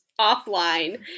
offline